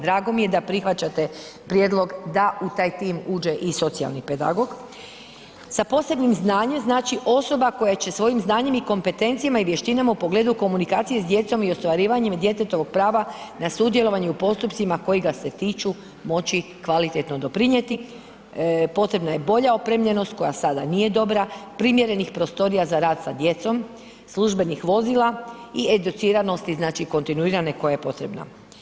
Drago mi je da prihvaćate prijedlog da u taj tim uđe i socijalni pedagog, sa posebnim znanjem znači osoba koja će svojim znanjem i kompetencijama i vještinama u pogledu komunikacije s djecom i ostvarivanjem djetetovog prava na sudjelovanje u postupcima koji ga se tiču moći kvalitetno doprinijeti, potrebna je bolja opremljenost koja sada nije dobra, primjerenih prostorija za rad sa djecom, službenih vozila i educiranosti, znači kontinuirane koja je potrebna.